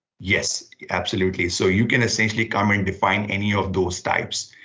yes, absolutely. so you can essentially come and define any of those types.